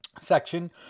section